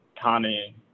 Connie